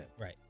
Right